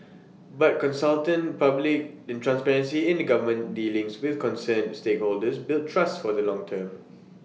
but consultant public in transparency in the government's dealings with concerned stakeholders build trust for the long term